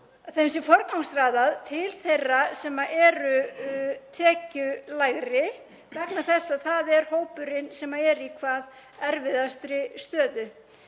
sé forgangsraðað til þeirra sem eru tekjulægri vegna þess að það er hópurinn sem er í hvað erfiðastri stöðu.